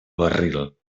barril